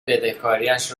بدهکاریش